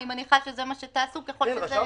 אני מניחה שזה מה שתעשו ככל שזה יופעל.